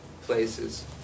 places